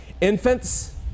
Infants